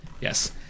Yes